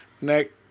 next